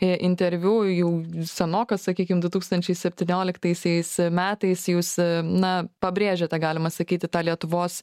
interviu jau senokai sakykim du tūkstančiai septynioliktaisiais metais jūs na pabrėžėte tą galima sakyti tą lietuvos